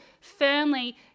firmly